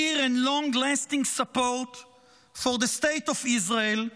and long-lasting support for the State of Israel,